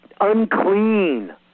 unclean